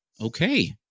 Okay